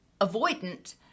avoidant